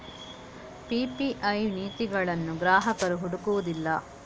PPI ನೀತಿಗಳನ್ನು ಗ್ರಾಹಕರು ಹುಡುಕುವುದಿಲ್ಲ